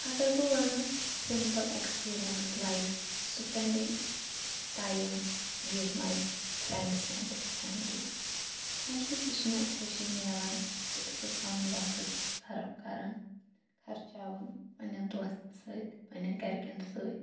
اگر بہٕ وَنہٕ simple experience like spending time with my friends and family اَمہِ سۭتۍ تہِ چھِ مےٚ خوشی میلان زِ بہٕ چھس پَنُن وَقت صَرف کَران خَرچاوان پَننٮ۪ن دوستَن سۭتۍ پَننٮ۪ن گَرِکٮ۪ن سۭتۍ